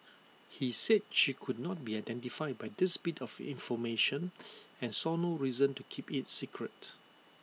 he said she could not be identified by this bit of information and saw no reason to keep IT secret